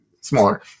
smaller